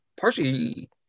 partially